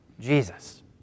Jesus